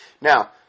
Now